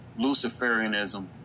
Luciferianism